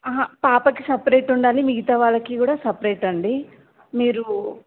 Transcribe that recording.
పాపకి సపరేట్ ఉండాలి మిగతా వాళ్ళకి కూడా సపరేట్ అండి మీరు